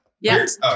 Yes